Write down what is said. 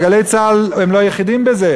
אבל "גלי צה"ל" הם לא היחידים בזה,